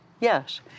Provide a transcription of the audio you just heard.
Yes